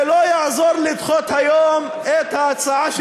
זה לא יעזור לדחות היום את ההצעה שלי,